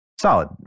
solid